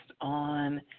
on